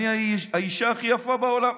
אני האישה הכי יפה בעולם.